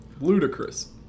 Ludicrous